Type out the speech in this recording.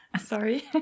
sorry